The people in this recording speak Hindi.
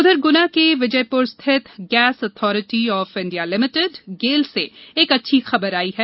उधर गुना के विजयपुर स्थित गेस ऑथरिटी ऑफ इंडिया लिगेल से एक अच्छी खबर आई है